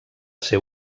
ser